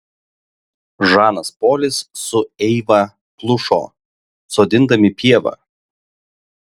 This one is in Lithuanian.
žanas polis su eiva plušo sodindami pievą